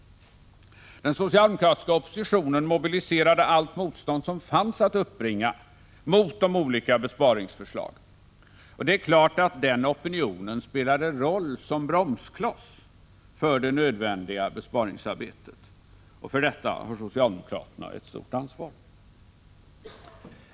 Den socialdemokratiska oppositionen mobiliserade allt motstånd som fanns att uppbringa mot de olika besparingsförslagen. Det är klart att den opinionen spelade roll som bromskloss för det nödvändiga besparingsarbetet, och för detta har socialdemokraterna ett stort ansvar.